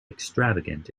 extravagant